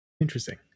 Interesting